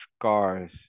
scars